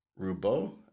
Rubo